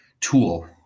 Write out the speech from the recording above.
tool